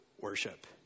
worship